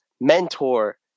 mentor